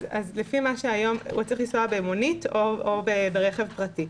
הוא צריך לנסוע במונית או ברכב פרטי.